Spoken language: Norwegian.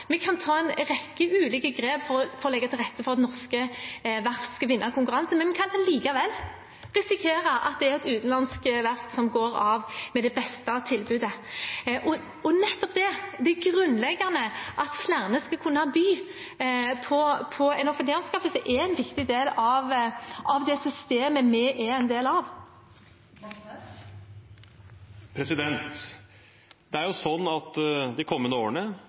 Vi kan ta en rekke ulike grep for å legge til rette for at norske verft skal vinne en konkurranse, men vi kan likevel risikere at det er et utenlandsk verft som går av med det beste tilbudet. Nettopp det – det grunnleggende i at flere skal kunne by på en offentlig anskaffelse – er en viktig del av det systemet vi er en del av. Det er jo sånn at det de kommende årene